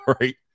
right